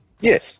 Yes